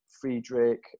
Friedrich